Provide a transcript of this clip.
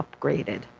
upgraded